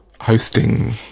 hosting